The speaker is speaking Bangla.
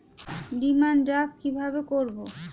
ডিমান ড্রাফ্ট কীভাবে করব?